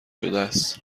شدس